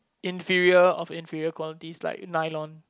inferior of inferior qualities like nylon